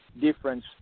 difference